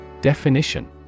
Definition